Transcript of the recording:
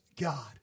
God